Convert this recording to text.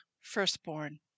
Firstborn